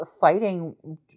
fighting